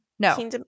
No